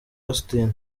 austin